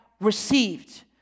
received